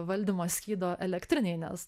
valdymo skydo elektrinėj nes